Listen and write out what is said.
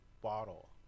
bottle